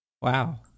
Wow